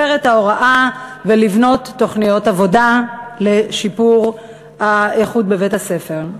את ההוראה ולבנות תוכניות עבודה לשיפור איכות בית-הספר.